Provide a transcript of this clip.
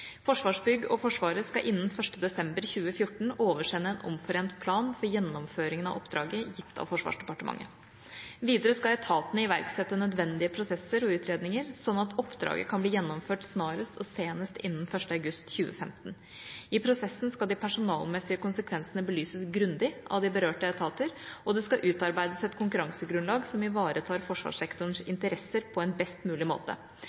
Forsvarsbygg og Forsvaret skal innen 1. desember 2014 oversende en omforent plan for gjennomføringen av oppdraget gitt av Forsvarsdepartementet. Videre skal etaten iverksette nødvendige prosesser og utredninger, slik at oppdraget kan bli gjennomført snarest og senest innen 1. august 2015. I prosessen skal de personalmessige konsekvensene belyses grundig av de berørte etater, og det skal utarbeides et konkurransegrunnlag som ivaretar forsvarssektorens interesser på en best mulig måte.